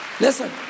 Listen